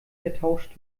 vertauscht